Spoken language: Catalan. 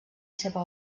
seva